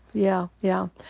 yeah. yeah.